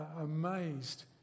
amazed